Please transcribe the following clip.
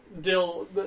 Dill